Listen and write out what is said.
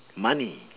money